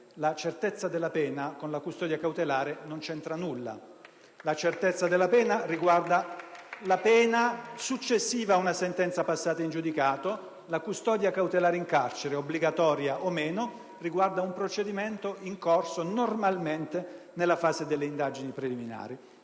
la certezza della pena con la custodia cautelare non c'entra nulla. *(Applausi dal Gruppo PD).* La certezza della pena riguarda la pena successiva ad una sentenza passata in giudicato; la custodia cautelare in carcere, obbligatoria o meno, riguarda un procedimento in corso, normalmente nella fase delle indagini preliminari.